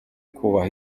kubaha